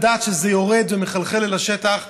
לדעת שזה יורד ומחלחל אל השטח.